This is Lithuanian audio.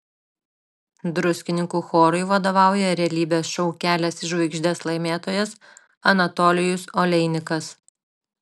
druskininkų chorui vadovauja realybės šou kelias į žvaigždes laimėtojas anatolijus oleinikas